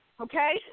okay